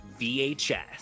VHS